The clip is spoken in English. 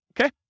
okay